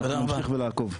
ואנחנו נמשיך ונעקוב.